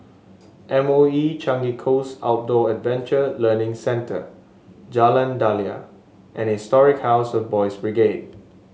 M O E Changi Coast Outdoor Adventure Learning Centre Jalan Daliah and Historic House of Boys' Brigade